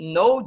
no